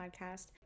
Podcast